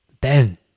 Ben